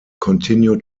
continued